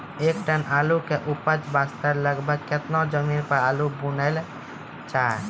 एक टन आलू के उपज वास्ते लगभग केतना जमीन पर आलू बुनलो जाय?